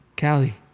Callie